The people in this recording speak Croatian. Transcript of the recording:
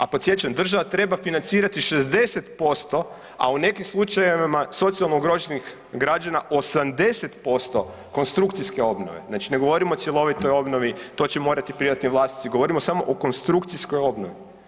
A podsjećam država treba financirati 60%, a u nekim slučajevima socijalno ugroženih građana 80% konstrukcijske obnove, znači ne govorim o cjelovitoj obnovi, to će morati privatni vlasnici, govorim samo o konstrukcijskoj obnovi.